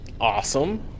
Awesome